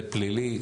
זה פלילי,